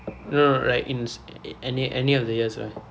no no no like in any any of the years ah